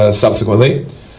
subsequently